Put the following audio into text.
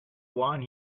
wine